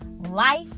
Life